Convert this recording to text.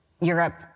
Europe